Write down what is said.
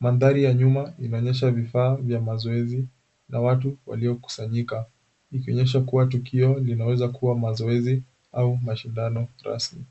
Mandhari ya nyuma inaonyesha vifaa vya mazoezi na watu waliokusanyika, ikionyesha kuwa tukio linaweza kuwa mazoezi au mashindano rasmi.